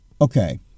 okay